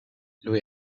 lui